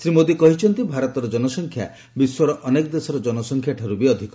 ଶ୍ରୀ ମୋଦୀ କହିଛନ୍ତି ଭାରତର ଜନସଂଖ୍ୟା ବିଶ୍ୱର ଅନେକ ଦେଶର ଜନସଂଖ୍ୟାଠାରୁ ବି ଅଧିକ